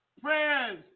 prayers